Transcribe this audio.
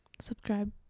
Subscribe